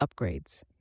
upgrades